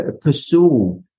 pursue